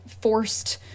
forced